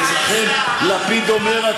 אצלכם לפיד אומר,